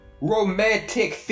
Romantic